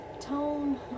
tone